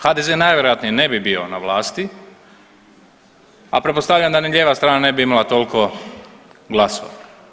HDZ najvjerojatnije ne bi bio na vlasti, a pretpostavljam da ni lijeva strana ne bi imala toliko glasova.